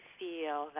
feel